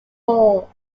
all